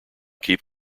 keep